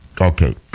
Okay